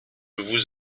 vous